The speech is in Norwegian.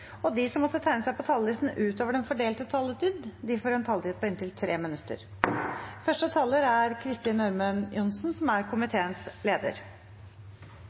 og de som måtte tegne seg på talerlisten utover den fordelte taletid, får en taletid på inntil 3 minutter. Norge er et av verdens mest likestilte land. Likestillings- og diskrimineringsloven fra 16. juni 2017 har som